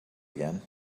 again